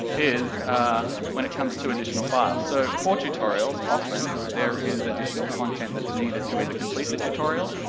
is when it comes to additional files. so, for tutorials, often there is additional content that's needed to either complete the tutorial,